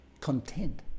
content